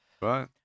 right